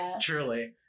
Truly